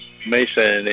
Mason